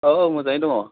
औ औ मोजाङै दङ